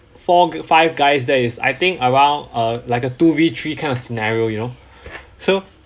four g~ five guys there is I think around uh like a two V three kind of scenario you know so